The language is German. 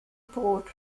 brot